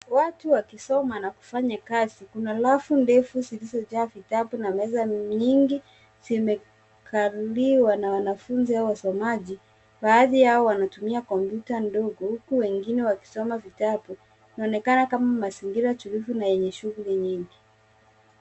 Watu wakisoma na kufanya kazi. Kuna rafu ndefu zilizojaa vitabu na meza nyingi zimekaliwa na wanafunzi au wasomaji. Baadhi yao wanatumia kompyuta ndogo wengine wakisoma vitabu. Inaonekana kama mazingira tulivu na yenye shughuli nyingi.